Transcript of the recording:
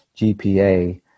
GPA